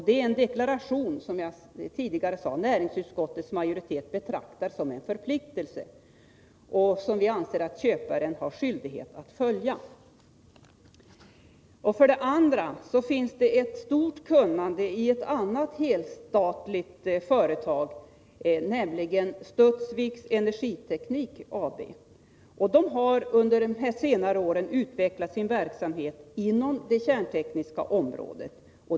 Det är, som jag tidigare sade, en deklaration som näringsutskottets majoritet betraktar som en förpliktelse som vi anser att köparen har skyldighet att följa. För det andra finns det ett stort kunnande i ett annat helstatligt företag, nämligen Studsvik Energiteknik AB. Man har under senare år utvecklat sin verksamhet inom det kärntekniska området.